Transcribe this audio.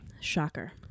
Shocker